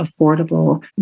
affordable